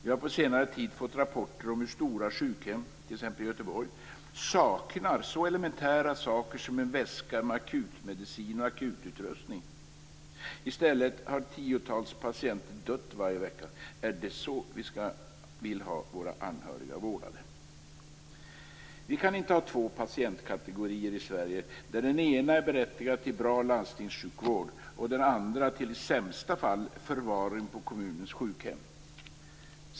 Vi har på senare tid fått rapporter om hur stora sjukhem, t.ex. i Göteborg, saknar så elementära saker som en väska med akutmedicin och akututrustning. I stället har tiotals patienter dött varje vecka. Är det så vi vill ha våra anhöriga vårdade? Vi kan inte ha två patientkategorier i Sverige där den ena är berättigad till bra landstingssjukvård och den andra till, i sämsta fall, förvaring på kommunens sjukhem.